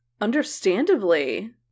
Understandably